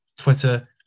Twitter